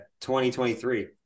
2023